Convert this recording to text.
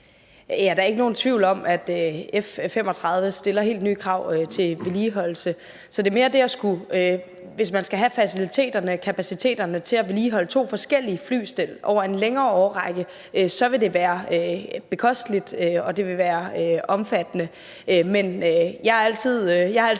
Der er nok ikke nogen tvivl om, at F-35 stiller helt nye krav til vedligeholdelse. Så hvis man skal have faciliteterne, kapaciteten til at vedligeholde to forskellige flystel over en længere årrække, vil det være bekosteligt, og det vil være omfattende. Men jeg har altid